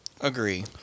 Agree